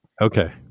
Okay